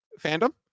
fandom